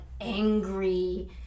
angry